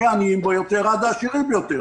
מן העניים ביותר ועד העשירים ביותר.